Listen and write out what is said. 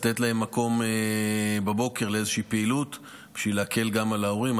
לתת להם מקום בבוקר לאיזושהי פעילות בשביל להקל גם על ההורים.